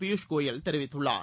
பியூஷ் கோயல் தெரிவித்துள்ளார்